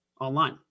online